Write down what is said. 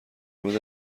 مورد